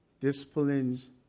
disciplines